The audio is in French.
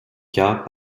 cas